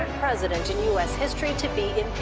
president in u s. history to be